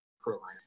program